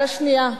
על השנייה,